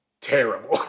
terrible